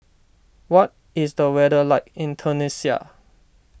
what is the weather like in Tunisia